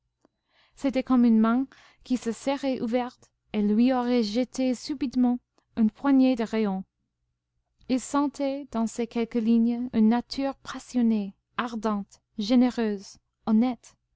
c'était comme une main qui se serait ouverte et lui aurait jeté subitement une poignée de rayons elle sentait dans ces quelques lignes une nature passionnée ardente généreuse honnête